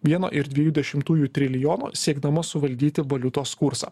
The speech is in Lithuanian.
vieno ir dviejų dešimtųjų trilijono siekdama suvaldyti valiutos kursą